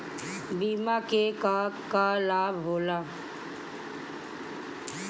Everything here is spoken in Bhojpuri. बिमा के का का लाभ होला?